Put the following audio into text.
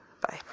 Bye